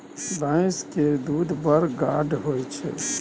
भैंस केर दूध बड़ गाढ़ होइ छै